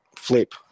flip